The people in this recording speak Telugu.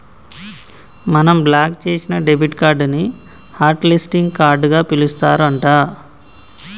మనం బ్లాక్ చేసిన డెబిట్ కార్డు ని హట్ లిస్టింగ్ కార్డుగా పిలుస్తారు అంట